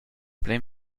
plein